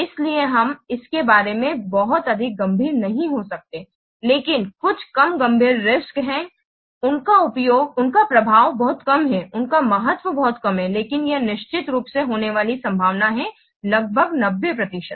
इसलिए हम इसके बारे में बहुत अधिक गंभीर नहीं हो सकते हैं लेकिन कुछ कम गंभीर रिस्क्स हैं उनका प्रभाव बहुत कम है उनका महत्व बहुत कम है लेकिन यह निश्चित रूप से होने वाली संभावना है लगभग 90 प्रतिशत